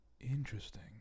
Interesting